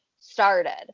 started